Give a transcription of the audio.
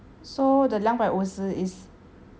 split among 两个人 and or like 一个人两百五十